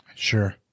Sure